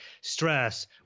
stress